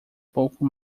pouco